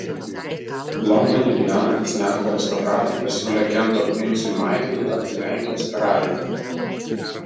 londone gyvenantys lenkų aristokratai pasiūlė kento princui maiklui tapti lenkijos karaliumi